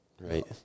Right